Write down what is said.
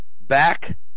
back